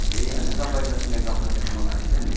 ए होइन तपाईँले अस्ति यहाँ डाक्टर देखाउनु आउनु भएको थिएछ नि